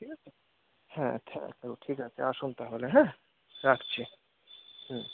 ঠিক আছে হ্যাঁ হ্যাঁ হ্যাঁ ঠিক আছে আসুন তাহলে হ্যাঁ রাখছি হুম